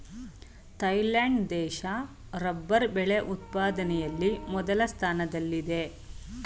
Thailand ದೇಶ rubber ಬೆಳೆ ಉತ್ಪಾದನೆಯಲ್ಲಿ ಮೊದಲ ಸ್ಥಾನದಲ್ಲಿದೆ